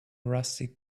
rusty